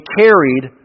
carried